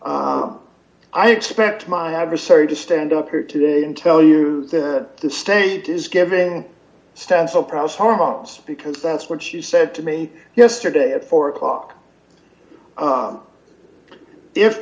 i expect my adversary to stand up here today and tell you that the state is giving stansell prost hormones because that's what she said to me yesterday at four o'clock